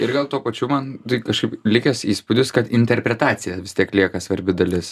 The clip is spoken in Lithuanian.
ir vėl tuo pačiu man tai kažkaip likęs įspūdis kad interpretacija vis tiek lieka svarbi dalis